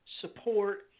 support